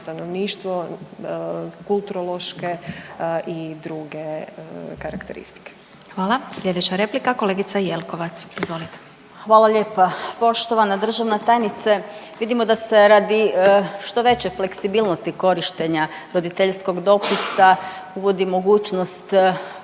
stanovništvo, kulturološke i druge karakteristike. **Glasovac, Sabina (SDP)** Hvala. Sljedeća replika, kolegica Jelkovac, izvolite. **Jelkovac, Marija (HDZ)** Hvala lijepa. Poštovana državna tajnice, vidimo da se radi što veće fleksibilnosti korištenja roditeljskog dopusta uvodi mogućnost